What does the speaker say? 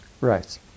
Right